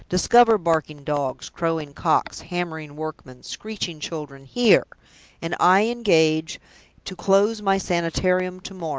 discover barking dogs, crowing cocks, hammering workmen, screeching children here and i engage to close my sanitarium to-morrow!